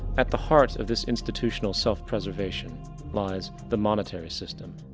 at the heart of this institutional self-preservation lies the monetary system.